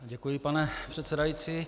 Děkuji, pane předsedající.